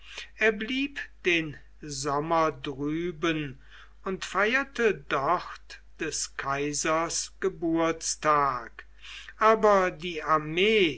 er blieb den sommer drüben und feierte dort des kaisers geburtstag aber die armee